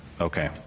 Okay